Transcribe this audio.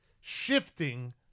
shifting